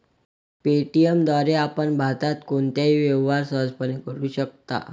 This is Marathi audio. पे.टी.एम द्वारे आपण भारतात कोणताही व्यवहार सहजपणे करू शकता